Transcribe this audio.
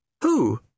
Who